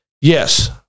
yes